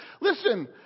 Listen